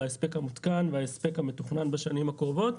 של ההספק המותקן וההספק המתוכנן בשנים הקרובות,